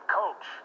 coach